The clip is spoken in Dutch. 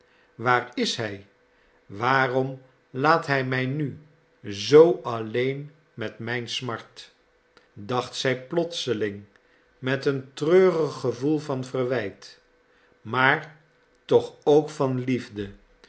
waar is hij waarom laat hij mij nu zoo alleen met mijn smart dacht zij plotseling met een treurig gevoel van verwijt maar toch ook van liefde